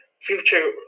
future